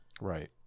Right